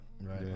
Right